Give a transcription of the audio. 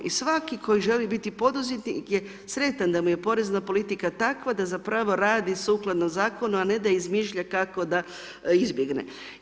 I svaki koji želi biti poduzetnik je sretan da mu je porezna politika takva da zapravo radi sukladno zakonu a ne da izmišlja kako da izbjegne.